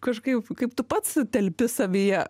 kažkaip kaip tu pats telpi savyje